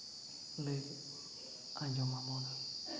ᱞᱟᱹᱭ ᱟᱸᱡᱚᱢ ᱟᱵᱚᱱ